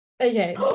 Okay